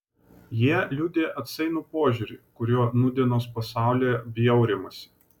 jie liudija atsainų požiūrį kuriuo nūdienos pasaulyje bjaurimasi